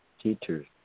teachers